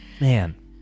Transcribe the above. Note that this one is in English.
man